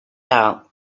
out